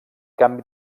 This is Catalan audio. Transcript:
canvi